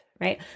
right